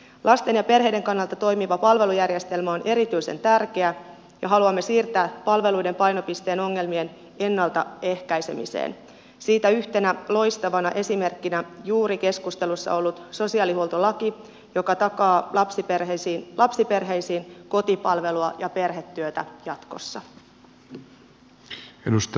lasten ja perheiden kannalta toimiva palvelujärjestelmä on erityisen tärkeä ja haluamme siirtää palveluiden painopisteen ongelmien ennaltaehkäisemiseen siitä yhtenä loistavana esimerkkinä juuri keskustelussa ollut sosiaalihuoltolaki joka takaa lapsiperheisiin kotipalvelua ja perhetyötä jatkossa